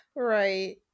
Right